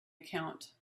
account